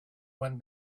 wind